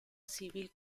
civil